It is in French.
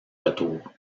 retour